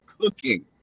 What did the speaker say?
cooking